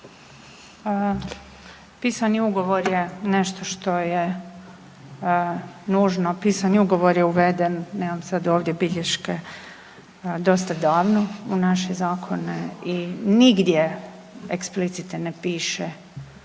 Pisani ugovor je nešto što je nužno, pisani ugovor je uveden, nemam sad ovdje bilješke, dosta davno u naše zakone i nigdje eksplicite ne piše